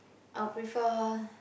I'll prefer